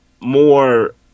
more